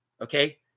Okay